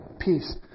peace